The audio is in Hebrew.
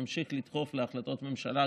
ונמשיך לדחוף להחלטות ממשלה,